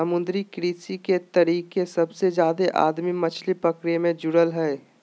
समुद्री कृषि के तरीके सबसे जादे आदमी मछली पकड़े मे जुड़ल हइ